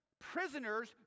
prisoners